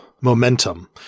momentum